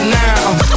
now